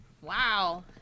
Wow